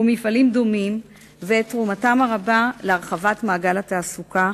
ומפעלים דומים ואת תרומתם הרבה להרחבת מעגל התעסוקה,